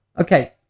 Okay